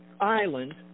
island